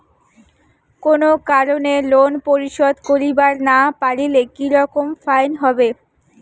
কোনো কারণে লোন পরিশোধ করিবার না পারিলে কি রকম ফাইন হবে?